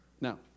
Now